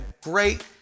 great